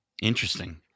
Interesting